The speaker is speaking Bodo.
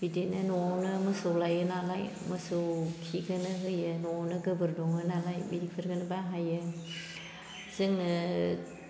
बिदिनो न'आवनो मोसौ लायो नालाय मोसौ खिखोनो होयो न'आवनो गोबोर दङ नालाय इफोरनो बाहायो जोङो